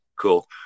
Cool